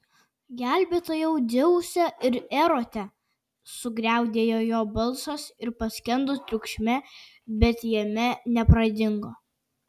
gelbėtojau dzeuse ir erote sugriaudėjo jo balsas ir paskendo triukšme bet jame nepradingo